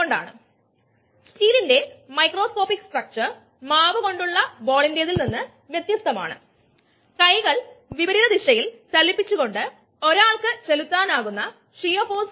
rgPddt chemical കൈനെറ്റിക്സിൽ നിന്ന് നമുക്കറിയാം ഒരു യൂണിറ്റ് വോളിയം അടിസ്ഥാനത്തിലുള്ള നിരക്ക് നമ്മൾ വിളിക്കുന്ന വോള്യൂമെട്രിക് നിരക്ക് ഒരു യൂണിറ്റ് വോളിയത്തിന് r g P ആണ്